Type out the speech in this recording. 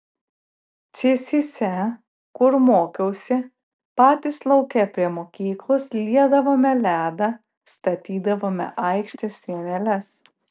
cėsyse kur mokiausi patys lauke prie mokyklos liedavome ledą statydavome aikštės sieneles